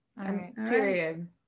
Period